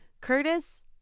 Curtis